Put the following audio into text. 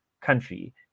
country